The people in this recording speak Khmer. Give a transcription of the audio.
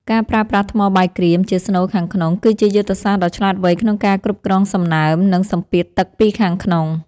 ការប្រើប្រាស់ថ្មបាយក្រៀមជាស្នូលខាងក្នុងគឺជាយុទ្ធសាស្រ្តដ៏ឆ្លាតវៃក្នុងការគ្រប់គ្រងសំណើម និង សម្ពាធទឹកពីខាងក្នុង។